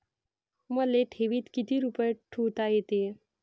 मले ठेवीत किती रुपये ठुता येते?